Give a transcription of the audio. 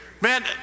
Man